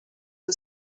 who